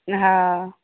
हँ